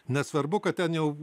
nesvarbu kad ten jau